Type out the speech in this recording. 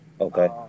Okay